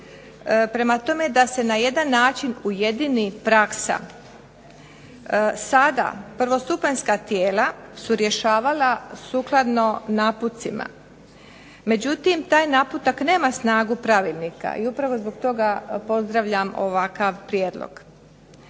prema tome da se na jedan način ujedini praksa. Sada prvostupanjska tijela su rješavala sukladno napucima, međutim taj naputak nema snagu pravilnika i upravo zbog toga pozdravljam ovakav prijedlog.